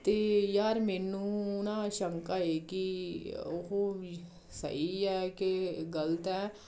ਅਤੇ ਯਾਰ ਮੈਨੂੰ ਨਾ ਸ਼ੰਕਾ ਹੈ ਕਿ ਉਹ ਵੀ ਸਹੀ ਹੈ ਕਿ ਗਲਤ ਹੈ